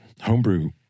homebrew